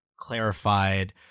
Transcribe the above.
clarified